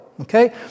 Okay